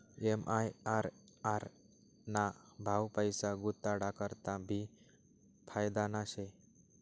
MIRR ना भाव पैसा गुताडा करता भी फायदाना शे